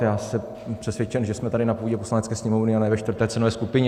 Já jsem přesvědčen, že jsme tady na půdě Poslanecké sněmovny, a ne ve čtvrté cenové skupině.